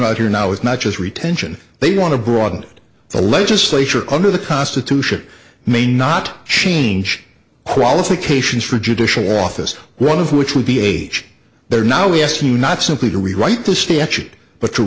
about here now as much as retention they want to broaden the legislature under the constitution may not change the qualifications for judicial office one of which would be age there now we asked you not simply to rewrite the statute but to